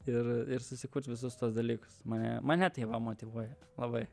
ir ir susikurt visus tuos dalykus mane mane tai motyvuoja labai